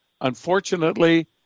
unfortunately